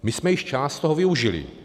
My jsme již část z toho využili.